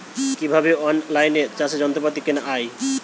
কিভাবে অন লাইনে চাষের যন্ত্রপাতি কেনা য়ায়?